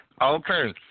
Okay